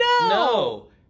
No